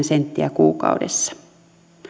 senttiä kuukaudessa